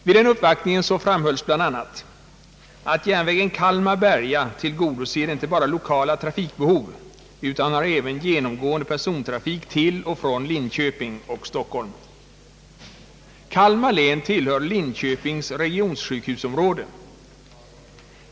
Vid den uppvaktningen framhölls bl.a. att järnvägen Kalmar— Berga inte endast tillgodoser lokala trafikbehov utan även har genomgående persontrafik till och från Linköping och Stockholm. Kalmar län tillhör linköpingsregionens sjukhusområde.